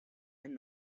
and